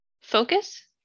focus